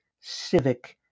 civic